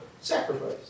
sacrifice